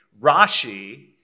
Rashi